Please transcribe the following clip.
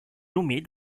nommée